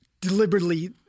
deliberately